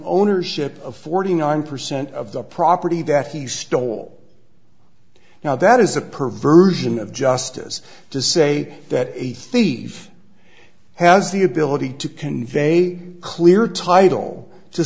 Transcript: ownership of forty nine percent of the property that he stole now that is a perversion of justice to say that a thief has the ability to convey a clear title to